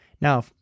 Now